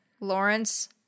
Lawrence